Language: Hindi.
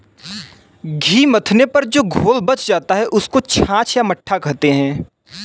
घी मथने पर जो घोल बच जाता है, उसको छाछ या मट्ठा कहते हैं